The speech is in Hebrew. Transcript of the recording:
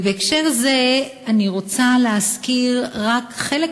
ובהקשר זה אני רוצה להזכיר רק חלק